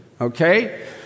Okay